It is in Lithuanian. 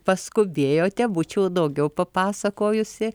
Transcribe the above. paskubėjote būčiau daugiau papasakojusi